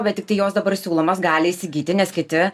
bet tiktai jos dabar siūlomas gali įsigyti nes kiti